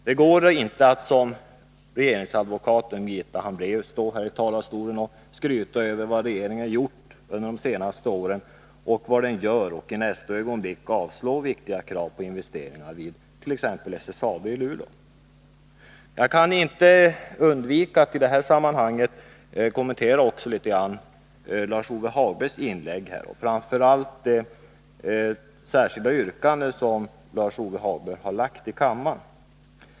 Det går inte att som regeringsadvokaten Birgitta Hambraeus stå i talarstolen och skryta över vad regeringen gjort och gör och sedan avslå viktiga krav på investeringar i SSAB i Luleå. Jag kan inte undvika att i detta sammanhang kommentera också Lars-Ove Hagbergs inlägg och det särskilda yrkandet som Lars-Ove Hagberg framlagt i kammaren.